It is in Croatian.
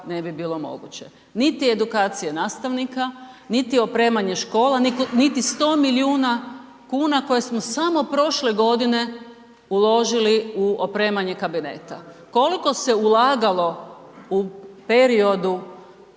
ne bi bilo moguće, niti edukacije nastavnika, niti opremanje škola, niti 100 milijuna kuna koje smo samo prošle godine uložili u opremanje kabineta. Koliko se ulagalo u periodu